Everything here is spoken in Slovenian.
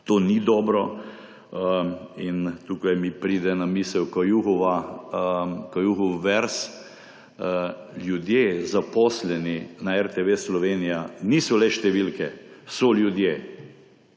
To ni dobro in tukaj mi pride na misel Kajuhov verz. Ljudje, zaposleni na RTV Slovenija niso le številke, so ljudje.